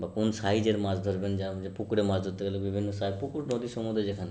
বা কোন সাইজের মাছ ধরবেন যেরম যে পুকুরে মাছ ধরতে গেলে বিভিন্ন সাইজ পুকুর নদী সমুদ্র যেখানে